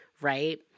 right